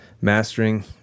mastering